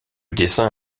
dessin